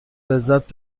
لذت